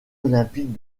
olympiques